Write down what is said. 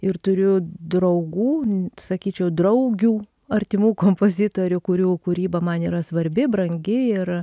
ir turiu draugų sakyčiau draugių artimų kompozitorių kurių kūryba man yra svarbi brangi ir